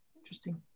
Interesting